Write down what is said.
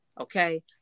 okay